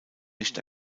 nicht